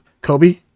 Kobe